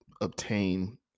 obtain